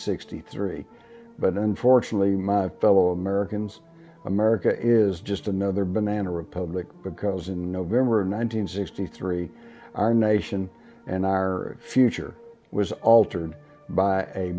sixty three but unfortunately my fellow americans america is just another banana republic because in november of one hundred sixty three our nation and our future was altered by a